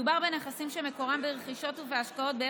מדובר בנכסים שמקורם ברכישות ובהשקעות של יהודים